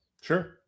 Sure